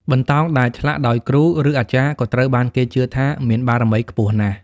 បន្តោងដែលឆ្លាក់ដោយគ្រូ ឬអាចារ្យក៏ត្រូវបានគេជឿថាមានបារមីខ្ពស់ណាស់។